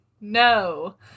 No